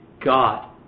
God